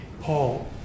Paul